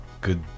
good